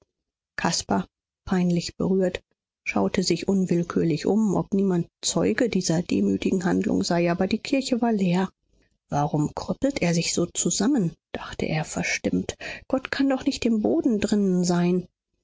caspar peinlich berührt schaute sich unwillkürlich um ob niemand zeuge dieser demütigen handlung sei aber die kirche war leer warum krüppelt er sich so zusammen dachte er verstimmt gott kann doch nicht im boden drinnen sein